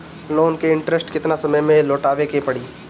Loan के interest केतना समय में लौटावे के पड़ी?